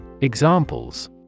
Examples